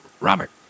Robert